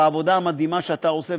על העבודה המדהימה שאתה עושה,